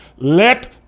Let